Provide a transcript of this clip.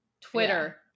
Twitter